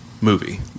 movie